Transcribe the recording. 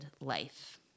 life